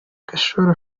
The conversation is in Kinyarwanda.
gashora